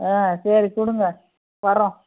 ஆ சரி கொடுங்க வர்றோம்